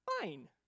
fine